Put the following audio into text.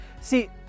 See